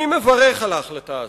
אני מברך על ההחלטה הזאת,